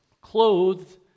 clothed